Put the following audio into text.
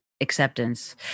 acceptance